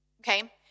Okay